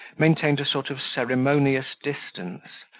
maintained a sort of ceremonious distance,